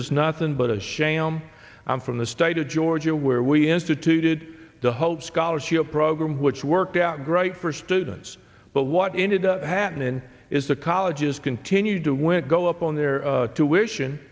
is nothing but a sham i'm from the state of georgia where we instituted the hope scholarship program which worked out great for students but what ended up happening is the colleges continued to went go up on their tuition